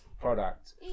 product